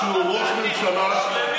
יש לו שישה מנדטים.